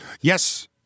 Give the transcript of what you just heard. Yes